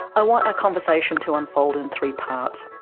i want our conversation to unfold in three parts.